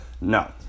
No